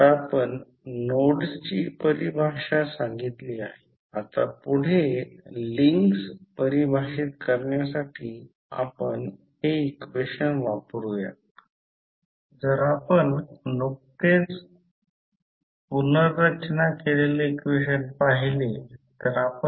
तर हे समतुल्य सर्किट आहे हे 10V आहे ही गोष्ट 5 Ω j 5 Ω आहे हे म्युच्युअल इण्डक्टन्स आहे ते कॉइलमधील डॉटमध्ये प्रवेश करत आहे दुसरा डॉटपासून दूर जात आहे आणि हे 5Ω आहे